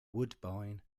woodbine